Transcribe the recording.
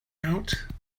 out